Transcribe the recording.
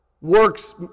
works